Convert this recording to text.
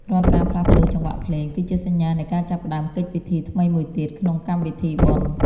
រាល់ការផ្លាស់ប្តូរចង្វាក់ភ្លេង គឺជាសញ្ញានៃការចាប់ផ្ដើមកិច្ចពិធីថ្មីមួយទៀតក្នុងកម្មវិធីបុណ្យ។